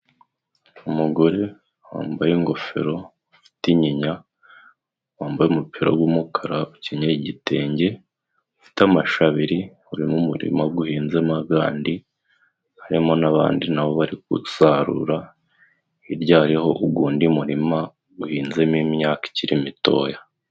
Umugore wambaye ingofero, ufite inyinya, wambaye umupira w'umukara ,ukenyeye igitenge ufite amashu abiri, uri mu murima guhinzemo agandi harimo n'abandi nabo bari gusarura, hirya hariho ugwundi murima guhinzemo imyaka ikiri mitoya.